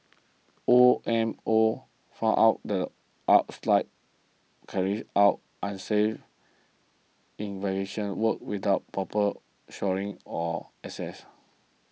O M O found out the carried out unsafe works without proper shoring or access